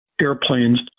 airplanes